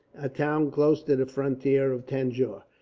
a town close to the frontier of tanjore,